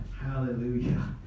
hallelujah